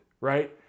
right